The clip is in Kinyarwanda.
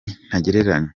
ntagereranywa